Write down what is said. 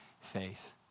faith